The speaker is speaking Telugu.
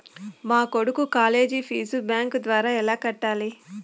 మా కొడుకు కాలేజీ ఫీజు బ్యాంకు ద్వారా ఎలా కట్టాలి?